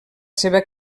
seva